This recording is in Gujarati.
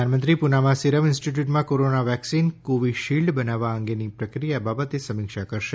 પ્રધાનમંત્રી પુનામાં સીરમ ઇન્સ્ટીટયુટમાં કોરોના વેકસીન કોવીશીલ્ડ બનાવવા અંગેની પ્રક્રિયા બાબતે સમીક્ષા કરશે